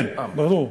כן, ברור.